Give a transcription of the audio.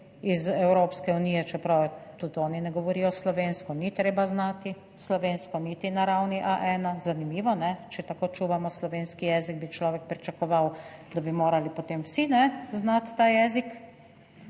iz Evropske unije, čeprav tudi oni ne govorijo slovensko, ni treba znati slovensko niti na ravni A1. Zanimivo, kajne, če tako čuvamo slovenski jezik, bi človek pričakoval, da bi morali potem vsi znati ta jezik.